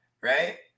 right